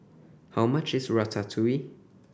how much is Ratatouille